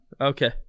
Okay